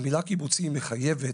המילה קיבוציים מחייבת,